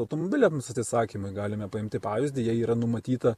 automobiliams atsisakymui galime paimti pavyzdį jai yra numatyta